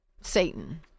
Satan